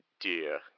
dear